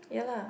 ya lah